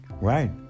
Right